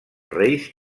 reis